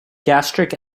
gastric